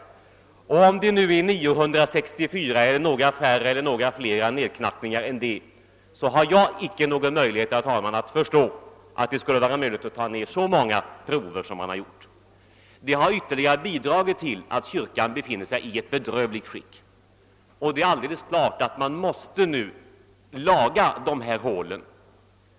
Vare sig det nu är fråga om 964 nedknackningar eller några fler eller färre kan jag inte förstå att det skulle vara nödvändigt att ta så många prover. Detta har ytterligare bidragit till att kyrkan befinner sig i ett bedrövligt skick. Det är alldeles klart att man nu måste laga dessa hål.